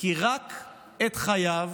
כי רק את חייו,